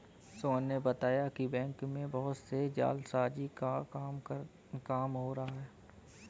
सोहन ने बताया कि बैंक में बहुत से जालसाजी का काम हो रहा है